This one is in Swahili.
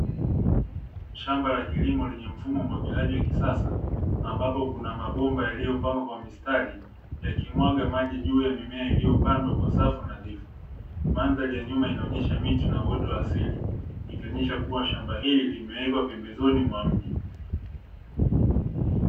Shamba la kilimo lenye mfumo wa umwagiliaji wa kisasa, ambapo kuna mabomba yaliyopangwa kwa mstari yakimwaga maji juu ya mimea iliyopandwa kwa safu nadhifu, vipande vya nyuma inaonesha miti na uoto wa asili ikionyesha kuwa shamba hili limewekwa pembezoni mwa mji.